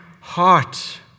heart